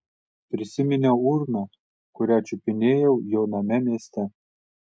prisiminiau urną kurią čiupinėjau jo name mieste